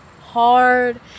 hard